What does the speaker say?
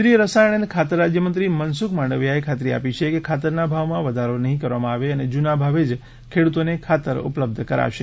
કેન્દ્રીય રસાયણ અને ખાતર રાજ્ય મંત્રી મનસુખ માંડવિયાએ ખાતરી આપી છે કે ખાતરના ભાવમાં વધારો નહીં કરવામાં આવે અને જૂના ભાવે જ ખેડૂતોને ખાતર ઉપલબ્ધ કરાશે